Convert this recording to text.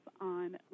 on